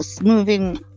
moving